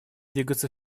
двигаться